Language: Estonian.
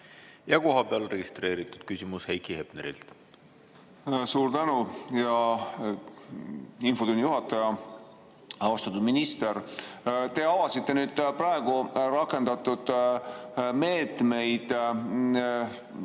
Ja kohapeal registreeritud küsimus Heiki Hepnerilt. Suur tänu, hea infotunni juhataja! Austatud minister! Te avasite rakendatud meetmeid,